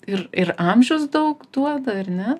ir ir amžius daug duoda ar ne